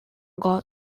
god